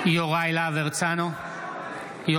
(קורא בשם חבר הכנסת) יוראי להב הרצנו, בעד